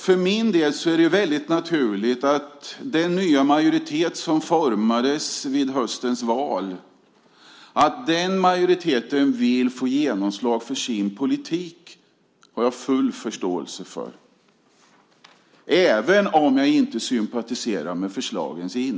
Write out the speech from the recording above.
För min del känns det naturligt att den nya majoritet som formades vid höstens val vill få genomslag för sin politik. Det har jag full förståelse för, även om jag inte sympatiserar med innehållet i förslagen.